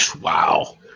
Wow